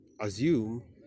assume